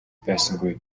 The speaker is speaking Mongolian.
байсангүй